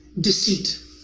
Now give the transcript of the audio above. Deceit